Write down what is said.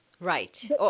Right